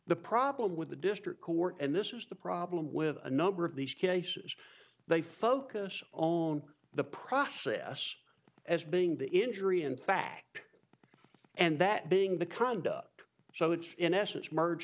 the problem with the district court and this is the problem with a number of these cases they focus on the process as being the injury in fact and that being the conduct so it's in essence merge